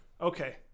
Okay